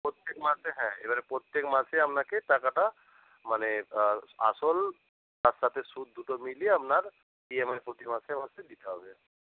প্রত্যেক মাসে হ্যাঁ এবারে প্রত্যেক মাসে আপনাকে টাকাটা মানে আসল তার সাথে সুদ দুটো মিলিয়ে আপনার ইএমআই প্রতি মাসে মাসে দিতে হবে